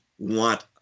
want